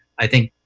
i think,